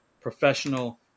professional